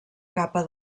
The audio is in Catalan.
capa